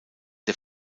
der